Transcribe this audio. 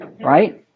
right